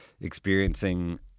experiencing